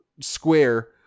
square